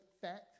fact